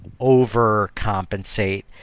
overcompensate